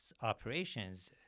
operations